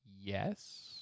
Yes